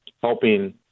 helping